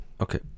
Okay. (